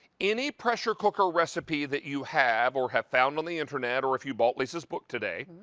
any pressure cooker recipe that you have or have found on the internet or if you bought lisa's book today,